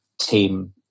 team